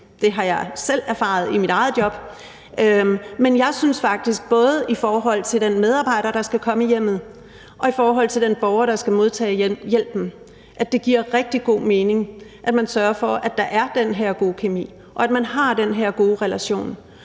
Det har jeg selv erfaret i mit eget job, men jeg synes faktisk, at det både i forhold til den medarbejder, der skal komme i hjemmet, og i forhold til den borger, der skal modtage hjælpen, giver rigtig god mening, at man sørger for, at der er den her gode kemi, og at man har den her gode relation.